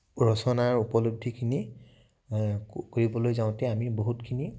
ৰচনাৰ উপলব্ধিখিনি কৰিবলৈ যাওঁতে আমি বহুতখিনি